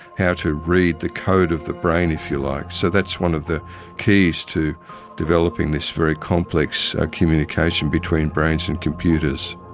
how to read the code of the brain, if you like. so that's one of the keys to developing this very complex communication between brains and computers.